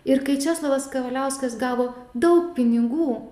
ir kai česlovas kavaliauskas gavo daug pinigų